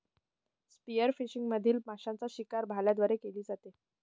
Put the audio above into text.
spearfishing मधील माशांची शिकार भाल्यांद्वारे केली जाते